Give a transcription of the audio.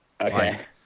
Okay